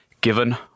given